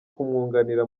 kumwunganira